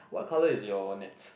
what colour is your net